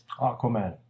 Aquaman